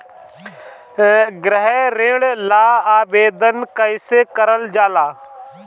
गृह ऋण ला आवेदन कईसे करल जाला?